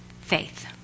faith